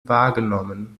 wahrgenommen